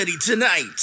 Tonight